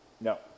No